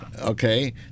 okay